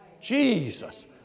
Jesus